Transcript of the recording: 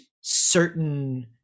certain